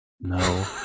No